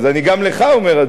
אז גם לך אני אומר,